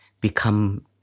become